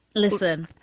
listen